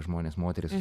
žmonės moterys su